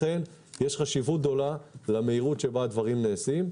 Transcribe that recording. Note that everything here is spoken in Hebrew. לכן יש חשיבות גדול למהירות בה הדברים נעשים.